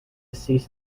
cease